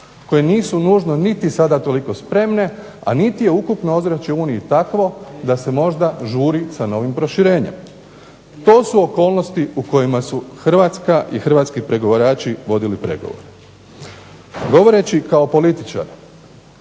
koje nisu nužno niti sada toliko spremne, a niti je ukupno ozračje u Uniji takvo da se možda žuri sa novim proširenjem. To su okolnosti u kojima su Hrvatska i hrvatski pregovarači vodili pregovore. Govoreći kao političar